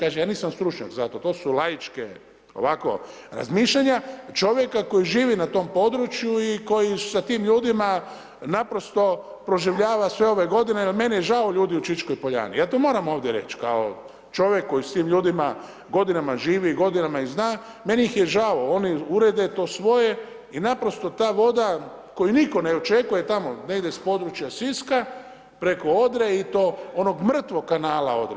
Kažem, ja nisam stručnjak za to, to su laičke, ovako razmišljanja čovjeka koji živi na tom području i koji sa tim ljudima naprosto proživljava sve ove godine jer meni je žao ljudi u Čičkoj Poljani, ja to moram ovdje reći kao čovjek koji s tim ljudima godinama živi i godinama ih zna, meni ih je žao, oni urede to svoje i naprosto ta voda koju nitko ne očekujte tamo, negdje sa područja Siska preko Odre i to onog mrtvog kanala Odre.